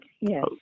yes